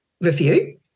review